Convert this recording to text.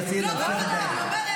אין דברים כאלה.